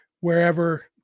wherever